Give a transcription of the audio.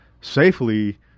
safely